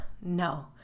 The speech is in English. No